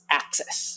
access